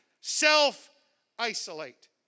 self-isolate